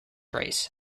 race